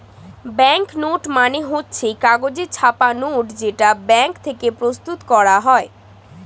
bank note মানে হচ্ছে কাগজে ছাপা নোট যেটা ব্যাঙ্ক থেকে প্রস্তুত করা হয়